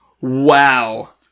Wow